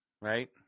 right